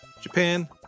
Japan